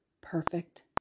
perfect